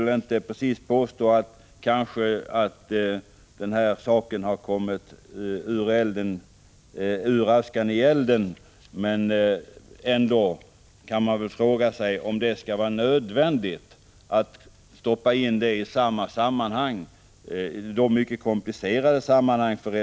Frågan om partrederierna kan kanske inte påstås ha kommit ur askan i elden, men man kan fråga sig om det skall vara nödvändigt att föra över frågan till dessa mycket komplicerade sammanhang.